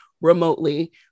remotely